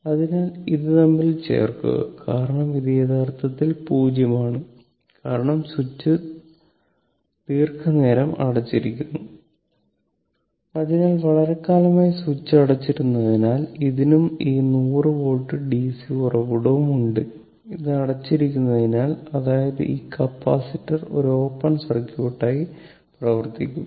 അതിനാൽഇത് തമ്മിൽ ചേർക്കുക കാരണം ഇത് യഥാർത്ഥത്തിൽ 0 ആണ് കാരണം സ്വിച്ച് ദീർഘനേരം അടച്ചിരുന്നു അതിനാൽ വളരെക്കാലമായി സ്വിച്ച് അടച്ചിരുന്നതിനാൽ ഇതിനും ഈ 100 വോൾട്ട് ഡിസി ഉറവിടവും ഉണ്ട് ഇത് അടച്ചിരിക്കുന്നതിനാൽ അതായത് ഈ കപ്പാസിറ്റർ ഒരു ഓപ്പൺ സർക്യൂട്ടായി പ്രവർത്തിക്കും